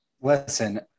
Listen